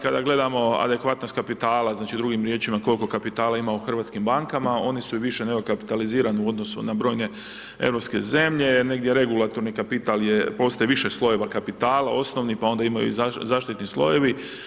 Kada gledamo adekvatnost kapitala, znači, drugim riječima, koliko kapitala ima u hrvatskim bankama, oni su i više nego kapitalizirani u odnosu na brojne europske zemlje, negdje regulatorni kapital je, postoji više slojeva kapitala, osnovni, pa onda imaju i zaštitni slojevi.